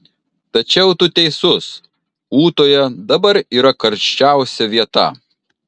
tačiau tu teisus ūtoje dabar yra karščiausia vieta